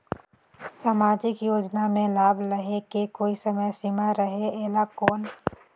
समाजिक योजना मे लाभ लहे के कोई समय सीमा रहे एला कौन?